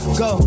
go